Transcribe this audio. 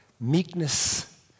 meekness